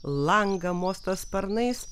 langą mostas sparnais